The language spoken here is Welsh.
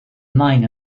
nain